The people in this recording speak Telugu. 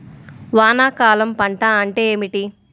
వానాకాలం పంట అంటే ఏమిటి?